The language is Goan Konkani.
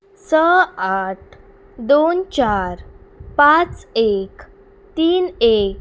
स आठ दोन चार पांच एक तीन एक